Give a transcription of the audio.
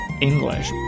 English